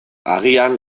agian